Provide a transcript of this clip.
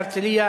בהרצלייה